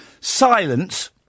silence